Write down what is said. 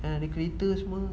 ah the greatest mah